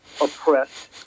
oppressed